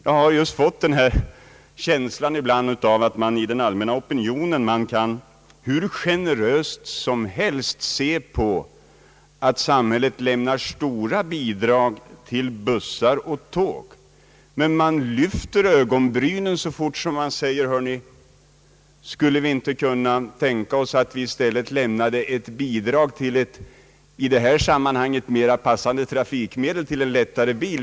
Jag har fått en känsla av att allmänna opinionen hur generöst som helst ser på att samhället lämnar stora bidrag till bussar och tåg, men höjer ögonbrynen så fort det blir tal om att lämna bidrag till ett i det här sammanhanget mera passande trafikmedel t.ex. en lättare bil.